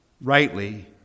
rightly